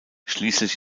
schließlich